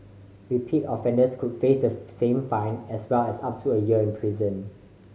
repeat offenders could face the same fine as well as up to a year in prison